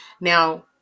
now